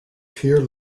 pure